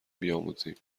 بیاموزیم